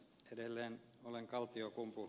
edelleen olen kaltiokumpu